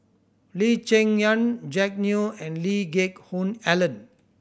Lee Cheng Yan Jack Neo and Lee Geck Hoon Ellen